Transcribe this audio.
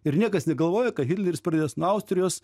ir niekas negalvoja kad hitleris pradės nuo austrijos